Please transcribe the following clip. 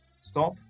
Stop